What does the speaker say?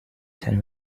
ten